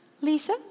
Lisa